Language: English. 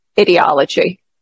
ideology